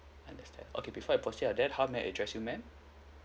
understand okay before I proceed on that how may I address you madam